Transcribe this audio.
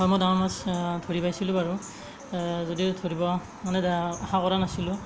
অঁ মই ডাঙৰ মাছ ধৰি পাইছিলো বাৰু যদিও ধৰিব মানে আশা কৰা নাছিলোঁ